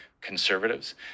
Conservatives